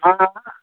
हाँ